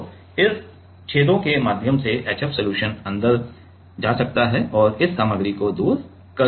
तो इन छेदों के माध्यम से HF सलूशन अंदर जा सकता है और इस सामग्री को दूर कर सकता है